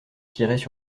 tireraient